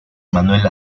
manuel